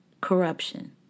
corruption